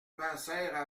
passèrent